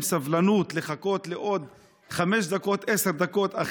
סבלנות לחכות עוד חמש דקות או עשר דקות.